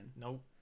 Nope